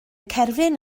cerflun